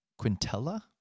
quintella